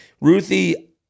Ruthie